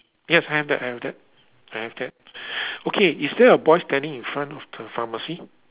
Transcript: yes I have that I have that I have that okay is there a boy standing in front of the pharmacy